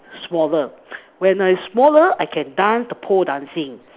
smaller when I smaller I can dance the pole dancing